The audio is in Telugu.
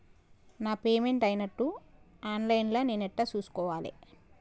నా పేమెంట్ అయినట్టు ఆన్ లైన్ లా నేను ఎట్ల చూస్కోవాలే?